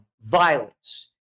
violence